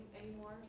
anymore